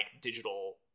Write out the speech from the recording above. digital